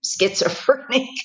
schizophrenic